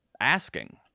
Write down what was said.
asking